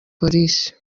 polisi